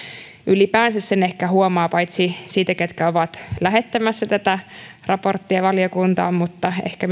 ylipäänsä sen ehkä huomaa paitsi siitä ketkä ovat lähettämässä tätä raporttia valiokuntaan ehkä